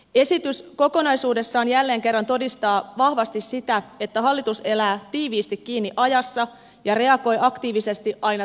esitys kokonaisuudessaan jälleen kerran todistaa vahvasti sitä että hallitus elää tiiviisti kiinni ajassa ja reagoi aktiivisesti aina tarvittaessa